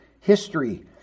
history